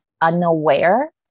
unaware